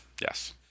yes